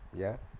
ya